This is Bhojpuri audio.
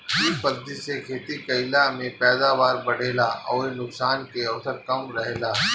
इ पद्धति से खेती कईला में पैदावार बढ़ेला अउरी नुकसान के अवसर कम रहेला